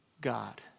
God